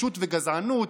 טיפשות וגזענות.